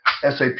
SAP